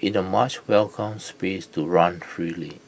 in A much welcome space to run freely